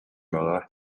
байгаа